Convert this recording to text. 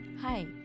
Hi